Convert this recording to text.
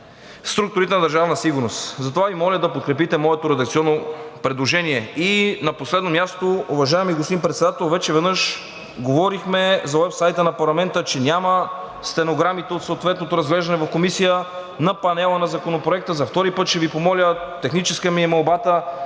структурите на Държавна сигурност. Затова Ви моля да подкрепите моето редакционно предложение. И на последно място, уважаеми господин Председател, вече веднъж говорихме за уебсайта на парламента, че няма стенограмите от съответното разглеждане в Комисия на панела на Законопроекта. За втори път ще Ви помоля, техническа е молбата